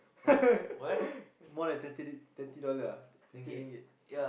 more than thirty ring~ thirty dollar ah fifteen ringgit